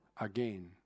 again